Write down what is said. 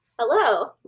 Hello